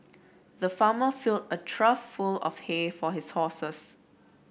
the farmer filled a trough full of hay for his horses